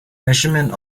measurement